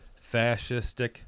fascistic